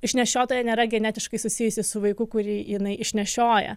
išnešiotoja nėra genetiškai susijusi su vaiku kurį jinai išnešioja